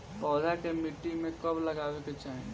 पौधा के मिट्टी में कब लगावे के चाहि?